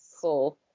Cool